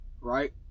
right